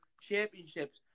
championships